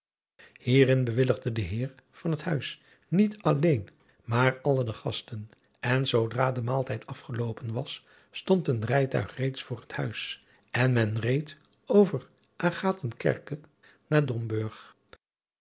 ierin bewilligde de heer van het huis niet alleen maar alle de gasten en zoodra de maaltijd afgeloopen was stond het rijtuig reeds voor het huis en men reed over agtenkerko naar omburg